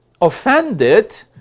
offended